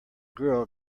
girl